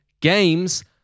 games